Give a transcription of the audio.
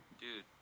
Dude